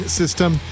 system